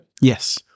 Yes